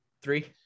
Three